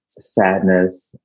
sadness